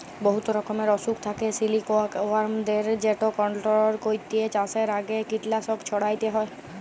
বহুত রকমের অসুখ থ্যাকে সিলিকওয়ার্মদের যেট কলট্রল ক্যইরতে চাষের আগে কীটলাসক ছইড়াতে হ্যয়